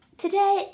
today